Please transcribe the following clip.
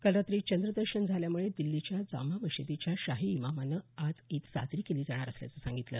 काल रात्री चंद्र दर्शन झाल्यामुळे दिल्लीच्या जामा मशिदीच्या शाही इमामानं आज इद साजरी केली जाणार असल्याचं सांगितलं